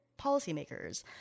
policymakers